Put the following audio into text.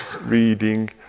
reading